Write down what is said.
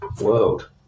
world